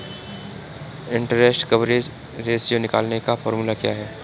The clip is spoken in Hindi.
इंटरेस्ट कवरेज रेश्यो निकालने का फार्मूला क्या है?